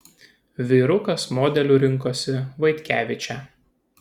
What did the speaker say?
vyrukas modeliu rinkosi vaitkevičę